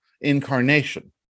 incarnation